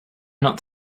not